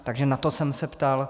Takže na to jsem se ptal.